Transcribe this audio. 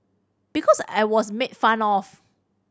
because I was made fun of